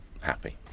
happy